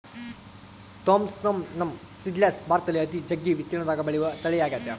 Thompson seedless ಭಾರತದಲ್ಲಿ ಅತಿ ಜಗ್ಗಿ ವಿಸ್ತೀರ್ಣದಗ ಬೆಳೆಯುವ ತಳಿಯಾಗೆತೆ